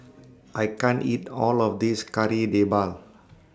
I can't eat All of This Kari Debal